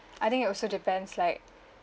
I think it also depends like